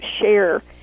share